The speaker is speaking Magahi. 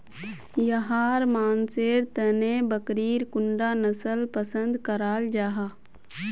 याहर मानसेर तने बकरीर कुंडा नसल पसंद कराल जाहा?